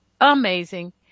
Amazing